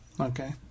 Okay